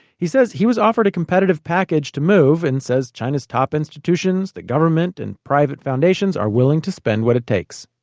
he said he was offered a competitive package to move and said china's top institutions, the government and private foundations are willing to spend what it takes.